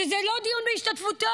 שזה לא דיון בהשתתפותו.